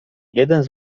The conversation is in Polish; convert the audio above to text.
jeden